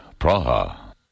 Praha